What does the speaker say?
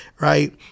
right